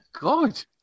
God